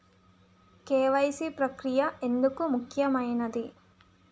KYC ప్రక్రియ ఎందుకు ముఖ్యమైనది?